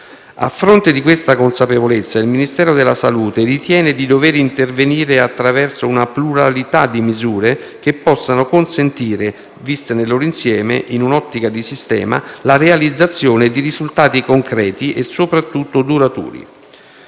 A fronte di questa consapevolezza, il Ministero della salute ritiene di dover intervenire attraverso una pluralità di misure che possano consentire - viste nel loro insieme, in un'ottica di sistema - la realizzazione di risultati concreti e, soprattutto, duraturi.